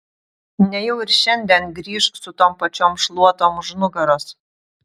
nejau ir šiandien grįš su tom pačiom šluotom už nugaros